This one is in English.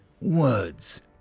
words